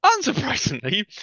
unsurprisingly